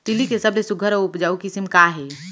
तिलि के सबले सुघ्घर अऊ उपजाऊ किसिम का हे?